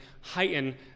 heighten